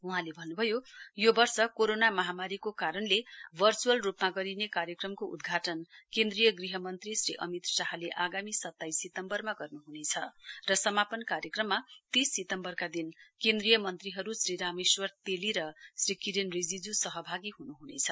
वहाँले भन्न्भयो यो वर्ष कोरोना महामारीको कारणले भर्च्अल रूपमा गरिने कार्यक्रमका उद्घाटन केन्द्रीय ग़ह मन्त्री श्री अमित शाहले आगामीसताइस सितम्बरमा गर्न्हनेछ र समापन कार्यक्रममा तीस सितम्बरका दिन केन्द्रीय मन्त्रीहरू श्री रामेश्वर तेली र श्री किरन रिजिजू सहभागी हुनुहुनेछ